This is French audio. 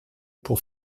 pour